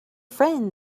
friend